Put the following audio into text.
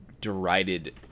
derided